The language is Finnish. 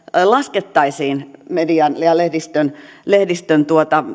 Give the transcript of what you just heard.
laskettaisiin median ja ja lehdistön lehdistön